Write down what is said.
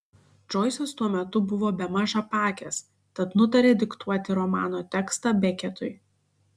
džoisas tuo metu buvo bemaž apakęs tad nutarė diktuoti romano tekstą beketui